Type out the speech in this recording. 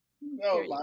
No